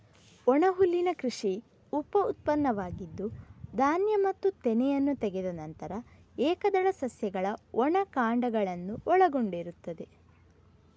ಒಣಹುಲ್ಲಿನ ಕೃಷಿ ಉಪ ಉತ್ಪನ್ನವಾಗಿದ್ದು, ಧಾನ್ಯ ಮತ್ತು ತೆನೆಯನ್ನು ತೆಗೆದ ನಂತರ ಏಕದಳ ಸಸ್ಯಗಳ ಒಣ ಕಾಂಡಗಳನ್ನು ಒಳಗೊಂಡಿರುತ್ತದೆ